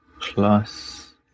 plus